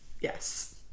Yes